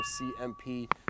CMP